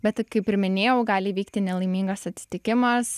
bet kaip ir minėjau gali įvykti nelaimingas atsitikimas